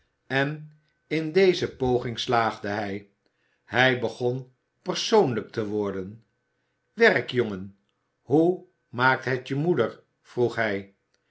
en in deze poging slaagde hij hij begon persoonlijk te worden werkjongen hoe maakt het je moeder vroeg hij